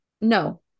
no